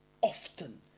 often